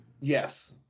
Yes